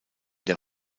der